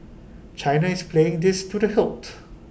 China is playing this to the hilt